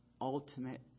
ultimate